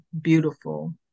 beautiful